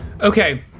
Okay